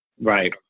right